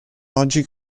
oggi